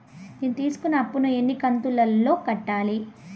నేను తీసుకున్న అప్పు ను ఎన్ని కంతులలో కట్టాలి?